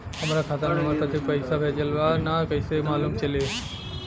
हमरा खाता में हमर पति पइसा भेजल न ह त कइसे मालूम चलि?